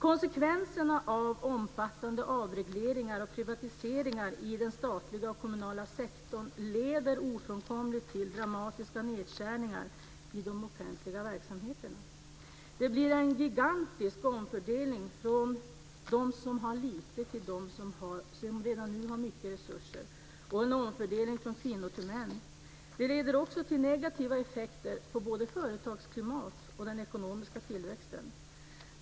Konsekvenserna av omfattande avregleringar och privatiseringar i den statliga och kommunala sektorn leder ofrånkomligt till dramatiska nedskärningar i de offentliga verksamheterna. Det blir en gigantisk omfördelning från de som har lite till de som redan nu har mycket resurser och till en omfördelning från kvinnor och män. Det leder också till negativa effekter på både företagsklimatet och den ekonomiska tillväxten.